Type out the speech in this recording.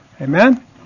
Amen